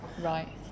Right